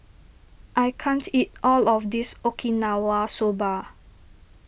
I can't eat all of this Okinawa Soba